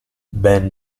ben